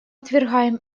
отвергаем